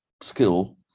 skill